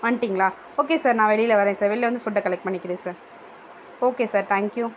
வந்துட்டீங்ளா okay sir நான் வெளியில் வரேன் சார் வெளில வந்து ஃபுட்டை கலெக்ட் பண்ணிக்கிறேன் sir okay sir thank you